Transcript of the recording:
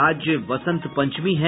और आज बसंत पंचमी है